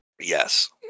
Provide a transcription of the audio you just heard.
Yes